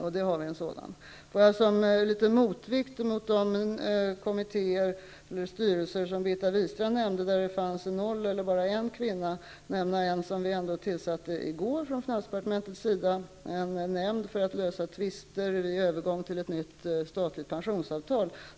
Som en liten motvikt mot de kommittéer eller styrelser som Birgitta Wistrand talade om och där det fanns ingen eller bara en kvinna vill jag nämna att finansdepartementet i går tillsatte en kvinna när det gällde en nämnd för att lösa tvister vid övergång till ett nytt statligt pensionsavtal.